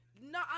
No